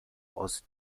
aus